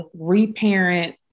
reparent